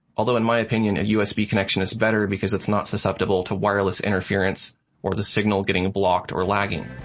although in my opinion, a usb connection is better because it's not susceptible to wireless interference or the signal getting blocked or lagging.